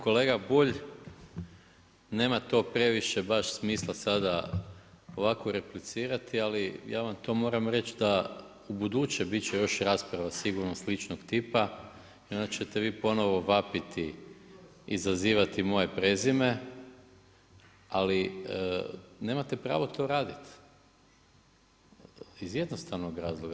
Kolega Bulj, nema to previše baš smisla sada ovako replicirati, ali ja vam to moram reći da ubuduće bit će još rasprava sigurno sličnog tipa i onda ćete vi ponovno vapiti i zazivati moje prezime, ali nemate pravo to raditi iz jednostavnog razloga.